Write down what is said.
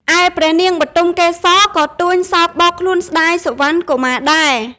ឯព្រះនាងបុទមកេសរ ក៏ទួញសោកបោកខ្លួនស្តាយសុវណ្ណកុមារដែរ។